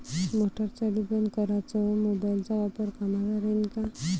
Motor चालू बंद कराच मोबाईलचा वापर कामाचा राहीन का?